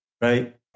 right